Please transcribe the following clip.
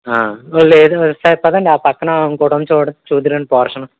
లేదు ఒకసారి పదండి ఆ పక్కన ఇంకోటి ఉంది చూడండి చూద్దురు రండి పోర్షను